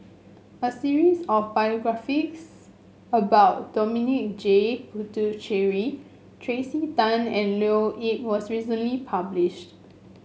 a series of biographies about Dominic J Puthucheary Tracey Tan and Leo Yip was recently published